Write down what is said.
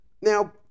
Now